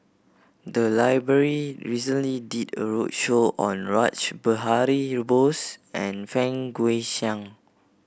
the library recently did a roadshow on Rash Behari Bose and Fang Guixiang